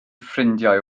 ffrindiau